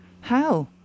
How